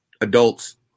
adults